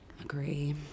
Agree